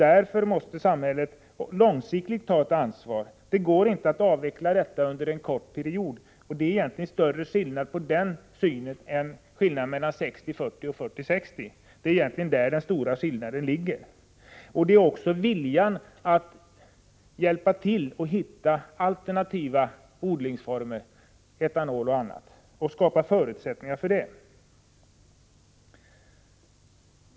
Därför måste samhället långsiktigt ta ett ansvar. Det går inte att genomföra en avveckling av samhällets stöd under en kort period. Det är egentligen större skillnad mellan de här synsätten än mellan 60-40 eller 40-60. Det handlar också om viljan att hjälpa till att hitta alternativ produktion, etanol och annat, och om att skapa förutsättningar för detta.